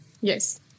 yes